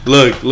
Look